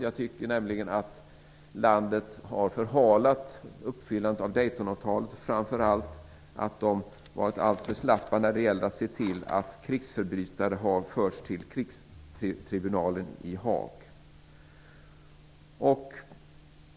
Jag tycker nämligen att landet har förhalat uppfyllandet av Daytonavtalet och framför allt varit alltför slappt när det gäller att se till att krigsförbrytare förs till krigsförbrytartribunalen i Haag.